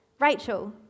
Rachel